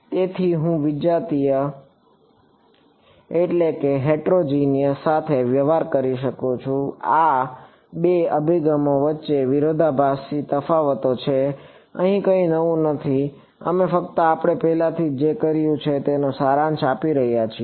તેથી હું વિજાતીય સાથે વ્યવહાર કરી શકું છું આ આ બે અભિગમો વચ્ચેના બે વિરોધાભાસી તફાવતો છે અહીં કંઈ નવું નથી અમે ફક્ત આપણે પહેલાથી જ જે કર્યું છે તેનો સારાંશ આપી રહ્યા છીએ